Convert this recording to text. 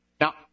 Now